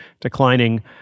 declining